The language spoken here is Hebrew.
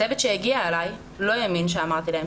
הצוות שהגיע אליי לא האמין כשאמרתי להם